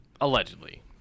Allegedly